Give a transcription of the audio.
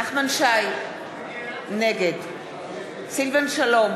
נחמן שי, נגד סילבן שלום,